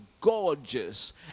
gorgeous